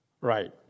Right